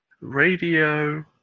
Radio